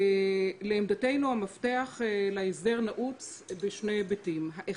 לעמדתנו, המפתח להסדר נעוץ בשני היבטים: האחד,